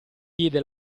diede